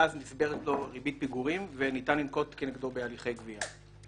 ואז נצברת לו ריבית פיגורים וניתן לנקוט כנגדו בהליכי גבייה.